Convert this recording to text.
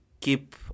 keep